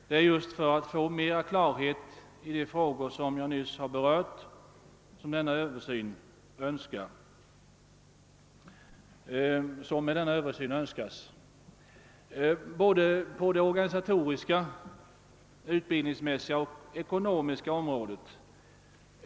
Det är just för att vi skall få större klarhet både på det organisatoriska, det utbildningsmässiga och det ekonomiska området i de frågor som jag nyss berörde som denna översyn önskas.